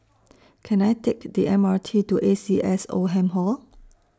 Can I Take The M R T to A C S Oldham Hall